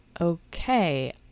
okay